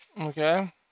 Okay